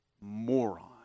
moron